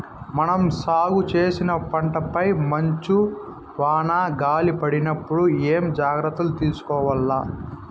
మనం సాగు చేసిన పంటపై మంచు, వాన, గాలి పడినప్పుడు ఏమేం జాగ్రత్తలు తీసుకోవల్ల?